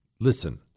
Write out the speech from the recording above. Listen